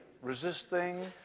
resisting